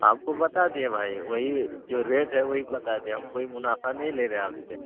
آپ کو بتا دیا بھائی وہی جو ریٹ ہے وہی بتا دیا ہم کوئی منافع نہیں لے رہے آپ سے